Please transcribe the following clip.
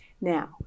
now